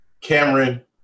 Cameron